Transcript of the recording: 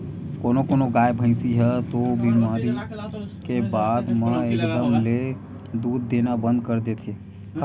कोनो कोनो गाय, भइसी ह तो बेमारी के बाद म एकदम ले दूद देना बंद कर देथे